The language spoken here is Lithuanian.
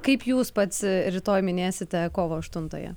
kaip jūs pats rytoj minėsite kovo aštuntąją